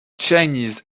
chinese